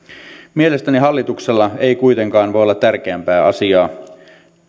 mielestäni hallituksella ei kuitenkaan voi olla tärkeämpää asiaa